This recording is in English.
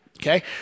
Okay